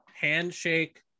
handshake